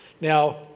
Now